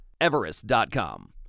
everest.com